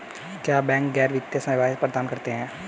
क्या बैंक गैर वित्तीय सेवाएं प्रदान करते हैं?